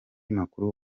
makuru